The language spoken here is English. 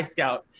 Scout